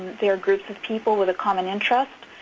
they are groups of people with a common interest.